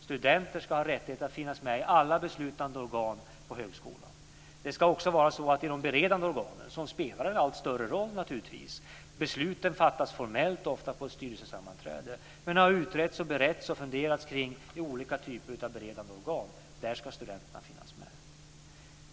Studenter ska ha rätt att finnas med i alla beslutande organ på högskolan. De ska också vara med i de beredande organen, som spelar en allt större roll. Besluten fattas formellt ofta på ett styrelsesammanträde, men de har beretts och funderats kring i olika typer av beredande organ. Där ska studenterna finnas med.